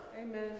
Amen